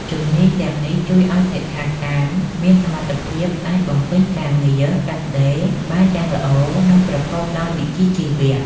ជំនាញទាំងនេះជួយឱ្យសិក្ខាកាមមានសមត្ថភាពអាចបំពេញការងារកាត់ដេរបានយ៉ាងល្អ និងប្រកបដោយវិជ្ជាជីវៈ។